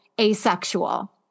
asexual